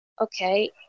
okay